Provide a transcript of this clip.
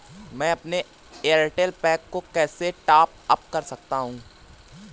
मैं अपने Airtel pack को कैसे टॉप अप कर सकता हूँ?